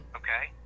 okay